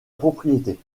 propriété